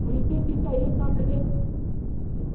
हमको तो चाहिए था सौ किलो